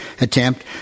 attempt